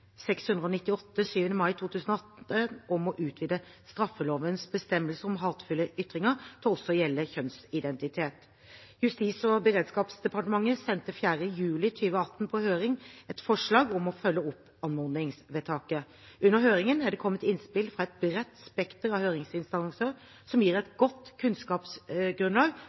698 av 7. mai 2018 om å utvide straffelovens bestemmelser om hatefulle ytringer til også å gjelde kjønnsidentitet. Justis- og beredskapsdepartementet sendte 4. juli 2018 på høring et forslag om å følge opp anmodningsvedtaket. Under høringen er det kommet innspill fra et bredt spekter av høringsinstanser som gir et godt kunnskapsgrunnlag